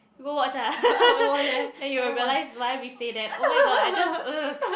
you go watch ah then you'll realise why we say that oh-my-god I just ugh